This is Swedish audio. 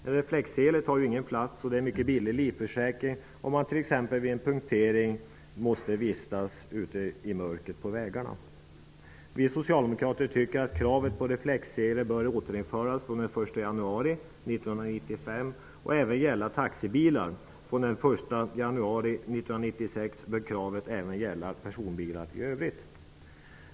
En reflexsele tar ju ingen plats, och det är en mycket billig livförsäkring om man t.ex. vid en punktering måste vistas ute på någon väg i mörker. Vi socialdemokrater anser att kravet på reflexsele bör återinföras den 1 januari 1996 bör kravet också gälla personbilar i övrigt.